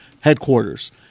headquarters